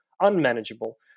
unmanageable